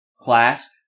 Class